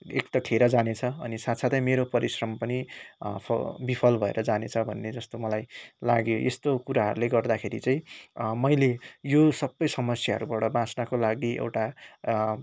एक त खेर जानेछ अनि साथ साथै मेरो परिश्रम पनि विफल भएर जानेछ भन्ने जस्तो मलाई लाग्यो यस्तो कुराहरूले गर्दाखेरि चाहिँ मैले यो सबै समस्याहरूबाट बाच्नको लागि एउटा